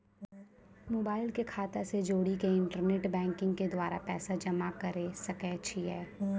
Mobile के खाता से जोड़ी के इंटरनेट बैंकिंग के द्वारा पैसा जमा करे सकय छियै?